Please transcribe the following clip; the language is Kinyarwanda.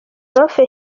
prof